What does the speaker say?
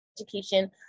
education